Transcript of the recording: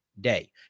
day